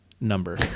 number